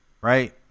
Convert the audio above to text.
right